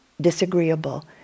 disagreeable